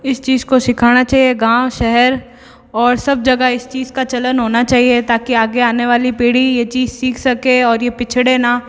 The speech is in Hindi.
इस चीज़ को सिखाना चाहिए गाँव शहर और सब जगह इस चीज़ का चलन होना चाहिए ताकि आगे आने वाली पीढ़ी ये चीज़ सीख सके और ये पिछड़े ना